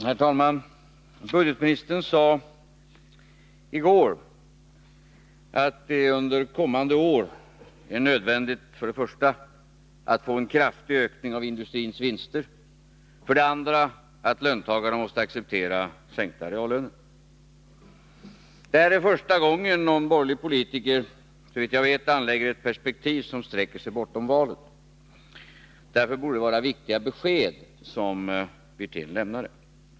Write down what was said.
Herr talman! Ekonomioch budgetministern sade i går att det under kommande år är nödvändigt för det första att få till stånd en kraftig ökning av industrins vinster och för det andra att löntagarna accepterar en sänkning av reallönerna. Det här är, såvitt jag vet, första gången en borgerlig politiker anlägger ett perspektiv som sträcker sig bortom valet. Därför borde Rolf Wirténs besked vara viktigt.